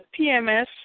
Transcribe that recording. PMS